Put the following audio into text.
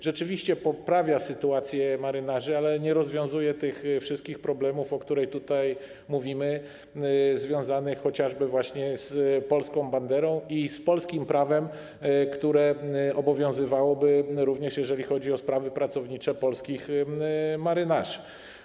Rzeczywiście poprawia sytuację marynarzy, ale nie rozwiązuje wszystkich problemów, o których tutaj mówimy, związanych chociażby z polską banderą i z polskim prawem, które obowiązywałoby, również jeżeli chodzi o sprawy pracownicze polskich marynarzy.